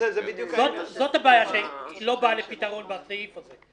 זאת בעיה שלא באה לפתרון בסעיף הזה.